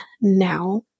now